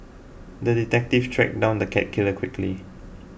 the detective tracked down the cat killer quickly